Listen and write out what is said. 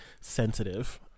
sensitive